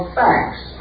facts